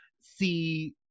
see